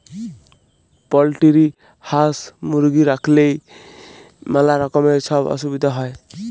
poultry হাঁস, মুরগি রাইখলেই ম্যালা রকমের ছব অসুবিধা হ্যয়